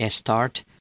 START